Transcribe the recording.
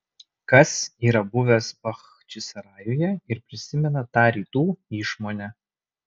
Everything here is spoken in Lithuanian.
kas yra buvęs bachčisarajuje ir prisimena tą rytų išmonę